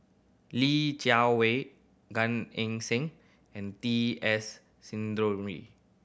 Li Jiawei Gan Eng Seng and T S